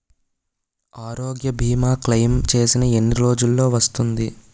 ఆరోగ్య భీమా క్లైమ్ చేసిన ఎన్ని రోజ్జులో వస్తుంది?